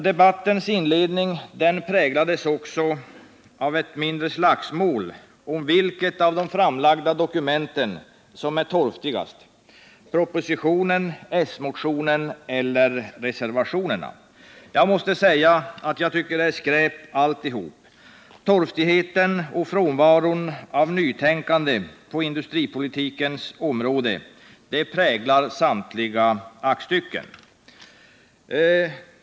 Debattens inledning präglades också av ett mindre slagsmål om vilket av de framlagda dokumenten som är torftigast: propositionen, s-motionen eller reservationerna. Jag tycker att alltihop är skräp. Torftigheten och frånvaron av nytänkande på industripolitikens område präglar samtliga aktstycken.